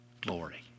glory